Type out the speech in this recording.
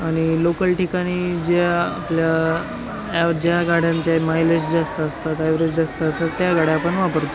आणि लोकल ठिकाणी ज्या आपल्या ज्या गाड्यांचे मायलेज जास्त असतात ॲवरेज जास्त असतात त्या गाड्या आपण वापरतो